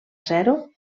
zero